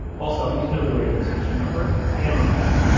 also, i need to know the radio station number, am or fm.